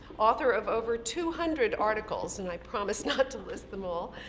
author of over two hundred articles, and i promise not to list them all,